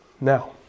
Now